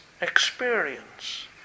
experience